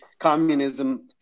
communism